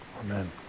Amen